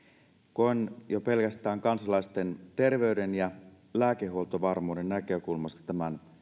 koen jo pelkästään kansalaisten terveyden ja lääkehuoltovarmuuden näkökulmasta tämän